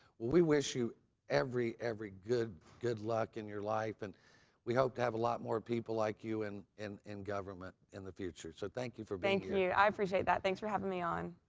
we wish you every, every good, good luck in your life and we hope to have a lot more people like you and in in government in the future. so, thank you for being here. thank you. i appreciate that. thanks for having me on.